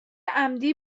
عمدی